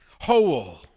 whole